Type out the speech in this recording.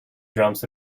drums